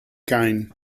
kine